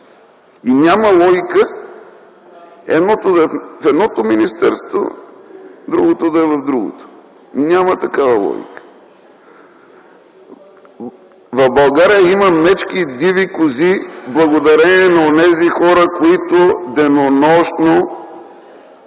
едното да е в едното министерство, а другото да е в другото. Няма такава логика. В България има мечки и диви кози благодарение на онези хора, които денонощно